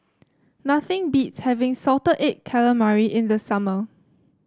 nothing beats having Salted Egg Calamari in the summer